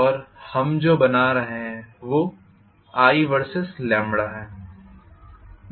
और हम जो बना रहे हैं वो i Vs है